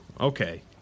okay